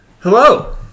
Hello